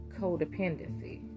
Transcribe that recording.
codependency